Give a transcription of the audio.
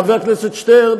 חבר הכנסת שטרן,